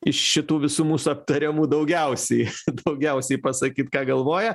iš šitų visų mūsų aptariamų daugiausiai daugiausiai pasakyt ką galvoja